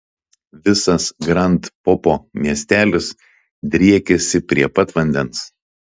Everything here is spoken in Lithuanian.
visas grand popo miestelis driekiasi prie pat vandens